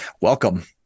Welcome